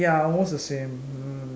ya almost the same mm